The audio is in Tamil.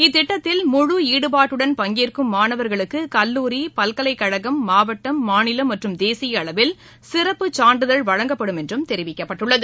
இத்திட்டத்தில் முழு ஈடுபாட்டுடன் பங்கேற்கும் மாணவர்களுக்கு கல்லூரி பல்கலைக்கழகம் மாவட்டம் மாநிலம் மற்றும் தேசிய அளவில் சிறப்பு சான்றிதழ் வழங்கப்படும் என்றும் தெரிவிக்கப்பட்டுள்ளது